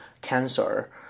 cancer